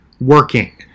working